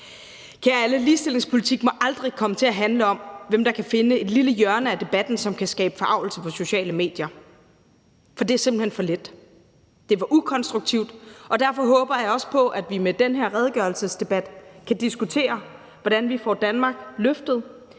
Kære alle, ligestillingspolitik må aldrig komme til at handle om, hvem der kan finde et lille hjørne af debatten, som kan skabe forargelse på sociale medier. For det er simpelt hen for let. Det er for ukonstruktivt, og derfor håber jeg også på, at vi med den her redegørelsesdebat kan diskutere, hvordan vi får Danmark løftet,